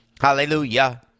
Hallelujah